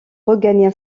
regagna